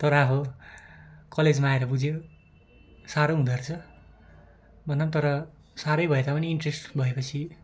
तर अब कलेजमा आएर बुझियो साह्रो हुँदोरहेछ भन्दा पनि तर साह्रै भए तापनि इन्ट्रेस्ट भएपछि